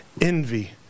envy